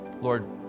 Lord